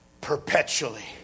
perpetually